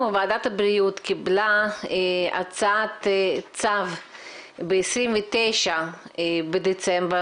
ועדת הבריאות קיבלה הצעת צו ב-29 בדצמבר